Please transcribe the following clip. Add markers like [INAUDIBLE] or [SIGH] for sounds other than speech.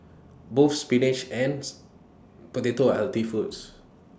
both spinach [UNINTELLIGIBLE] potato are healthy foods